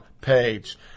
page